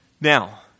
Now